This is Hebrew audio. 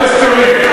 חברת הכנסת קריב,